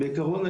בעיקרון,